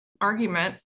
argument